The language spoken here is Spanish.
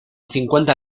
cincuenta